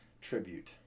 tribute